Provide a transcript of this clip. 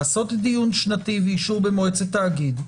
לעשות דיון שנתי ואישור במועצת תאגיד,